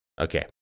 Okay